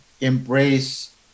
embrace